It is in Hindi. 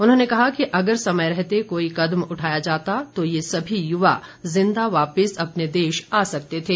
उन्होंने कहा कि अगर समय रहते कोई कदम उठाया जाता तो ये सभी युवा जिंदा वापिस अपने देश आ सकते थे